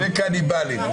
--- וקניבלים.